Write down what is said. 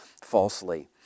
falsely